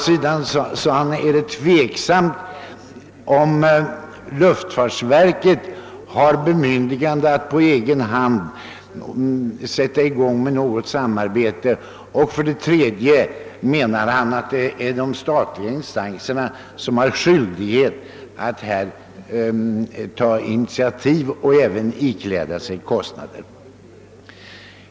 Sedan sade han å ena sidan, att det är tveksamt huruvida luftfartsverket har bemyndigande att på egen hand sätta i gång med något samarbete, men ansåg å andra sidan att det är de statliga instanserna som har skyldighet att ta initiativ och även ikläda sig kostnader.